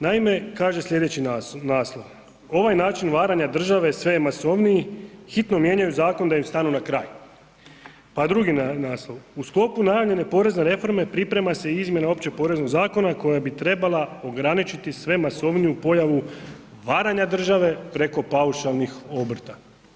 Naime, kaže slijedeći naslov, ovaj način varanja države sve je masovniji, hitno mijenjaju zakon da im stanu na kraj, pa drugi naslov, u sklopu najavljene porezne reforme priprema se i izmjena Općeg poreznog zakona koja bi trebala ograničiti sve masovniju pojavu varanja države preko paušalnih obrta.